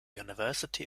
university